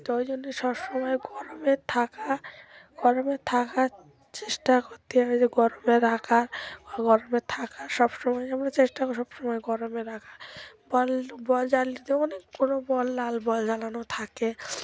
তো ওই জন্যে সব সময় গরমে থাকা গরমে থাকার চেষ্টা করতে হবে যে গরমে রাখার গরমে থাকার সব সময় আমরা চেষ্টা করি সব সময় গরমে রাখার বল বল জ্বালতে অনেকগুলো বল লাল বল জ্বালানো থাকে